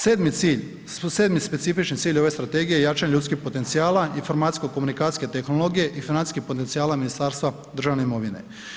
7. cilj specifični cilj ove strategije je jačanje ljudskih potencijala, informacijsko komunikacijske tehnologije i financijskih potencijala Ministarstva državne imovine.